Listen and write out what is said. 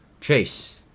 Chase